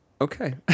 okay